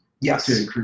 Yes